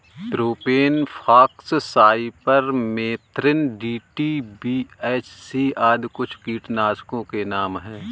propane fox, cypermethrin, DDT, BHC आदि कुछ कीटनाशकों के नाम हैं